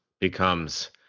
becomes